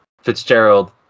Fitzgerald